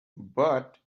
but